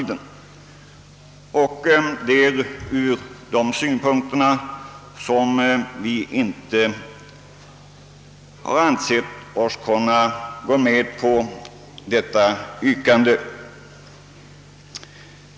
Det är ur dessa synpunkter vi inte har ansett oss kunna gå med på detta yrkande.